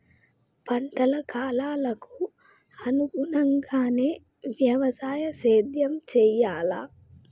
పంటల కాలాలకు అనుగుణంగానే వ్యవసాయ సేద్యం చెయ్యాలా?